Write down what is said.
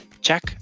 Check